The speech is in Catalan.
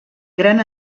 gran